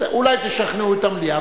אולי תשכנעו את המליאה,